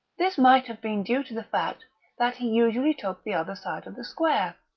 this might have been due to the fact that he usually took the other side of the square.